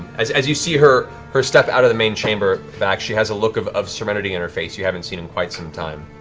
as as you see her her step out of the main chamber, vax, she has a look of of serenity in her face you haven't seen in quite some time.